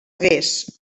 gres